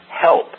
help